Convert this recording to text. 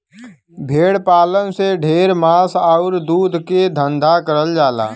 भेड़ पालन से ढेर मांस आउर दूध के धंधा करल जाला